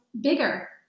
bigger